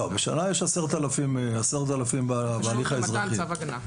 בשנה יש 10,000 בהליך האזרחי.